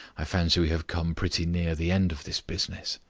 i fancy we have come pretty near the end of this business.